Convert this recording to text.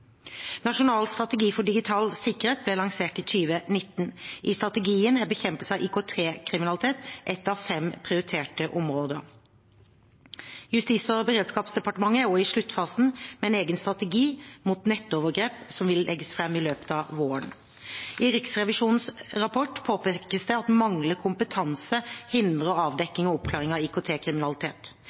Nasjonal strategi for digital sikkerhet ble lansert i 2019. I strategien er bekjempelse av IKT-kriminalitet et av fem prioriterte områder. Justis- og beredskapsdepartementet er også i sluttfasen med en egen strategi mot nettovergrep, som vil legges fram i løpet av våren. I Riksrevisjonens rapport påpekes det at manglende kompetanse hindrer avdekking og oppklaring av